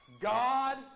God